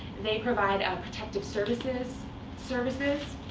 they provide ah protective services services.